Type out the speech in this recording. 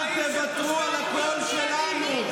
אל תוותרו על הקול שלנו.